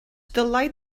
dylai